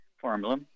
formula